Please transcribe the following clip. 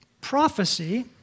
prophecy